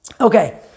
Okay